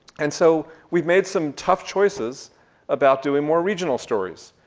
and so we've made some tough choices about doing more regional stories.